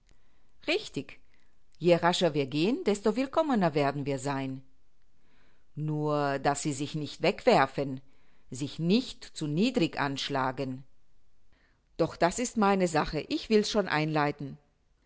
richtig je rascher wir gehen desto willkommener werden wir sein nur daß sie sich nicht wegwerfen sich nicht zu niedrig anschlagen doch das ist meine sache ich will's schon einleiten